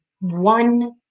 one